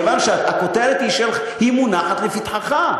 כיוון שהכותרת היא שהיא מונחת לפתחך,